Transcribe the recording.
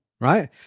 right